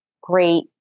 great